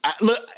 Look